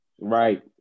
Right